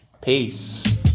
Peace